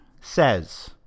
says